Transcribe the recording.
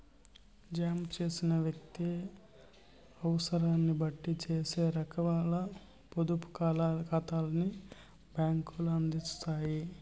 జమ చేసిన వ్యక్తి అవుసరాన్నిబట్టి సేనా రకాల పొదుపు కాతాల్ని బ్యాంకులు అందిత్తాయి